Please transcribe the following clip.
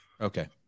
Okay